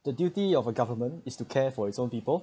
the duty of a government is to care for its own people